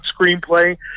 screenplay